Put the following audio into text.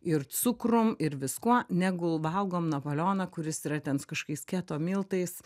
ir cukrum ir viskuo negul valgom napoleoną kuris yra ten su kažkokiais keto miltais